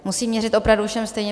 Musím měřit opravdu všem stejně.